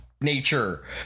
nature